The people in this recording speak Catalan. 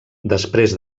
després